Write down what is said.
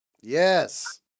Yes